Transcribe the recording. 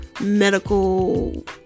medical